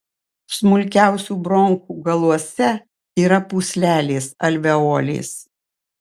smulkiausių bronchų galuose yra pūslelės alveolės